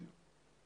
בדיוק.